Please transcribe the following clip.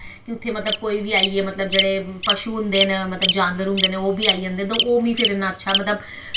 ते उत्थें मतलव कोई बी आईयै जेह्ड़े पशू होंदे न मतलव जानवर होंदे न ओह् बी आई जंदे न ते ओह् फिर मिगी अच्छा